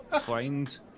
find